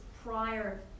Prior